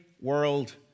world